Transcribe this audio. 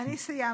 אני סיימתי.